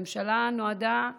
ממשלה נועדה להנהיג.